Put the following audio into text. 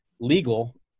legal